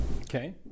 Okay